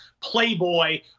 playboy